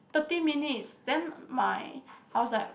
thirty minutes then my I was like